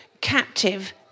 captive